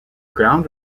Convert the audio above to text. ground